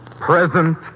present